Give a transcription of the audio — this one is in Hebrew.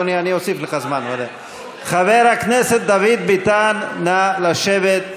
חבר הכנסת ביטן, נא לשבת.